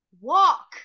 walk